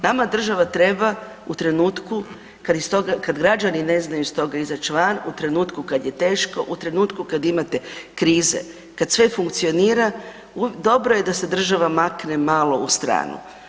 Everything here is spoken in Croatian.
Nama država treba u trenutku kad građani ne znaju iz toga izaći van, u trenutku kad je teško, u trenutku kad imate krize, kad sve funkcionira, dobro je da se država makne malo u stranu.